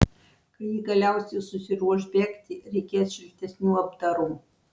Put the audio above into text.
kai ji galiausiai susiruoš bėgti reikės šiltesnių apdarų